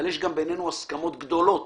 אבל, יש ביננו הסכמות גדולות